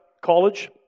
college